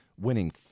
winning